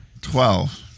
Twelve